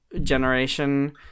generation